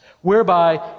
whereby